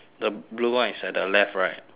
the blue one is at the left right